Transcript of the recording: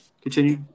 Continue